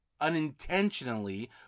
unintentionally